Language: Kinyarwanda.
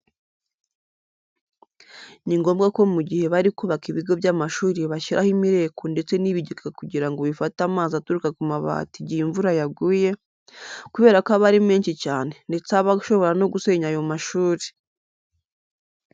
Ni ngombwa ko mu gihe bari kubaka ibigo by'amashuri bashyiraho imireko ndetse n'ibigega kugira ngo bifate amazi aturuka ku mabati igihe imvura yaguye kubera ko aba ari menshi cyane ndetse aba ashobora no gusenya ayo mashuri.